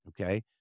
Okay